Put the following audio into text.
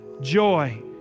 joy